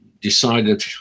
decided